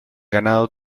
ganado